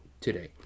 today